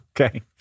Okay